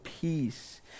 peace